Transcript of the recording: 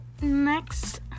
next